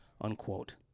unquote